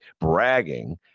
bragging